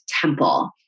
temple